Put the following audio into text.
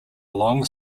long